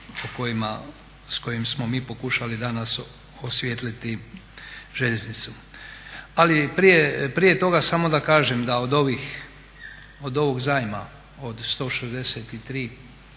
s kojim smo mi pokušali danas osvijetliti željeznicu. Ali prije toga samo da kažem da od ovog zajma od 163 milijuna